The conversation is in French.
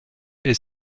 est